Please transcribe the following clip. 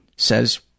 says